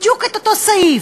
בדיוק את אותו סעיף,